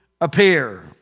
appear